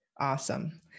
Awesome